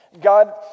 God